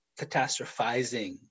catastrophizing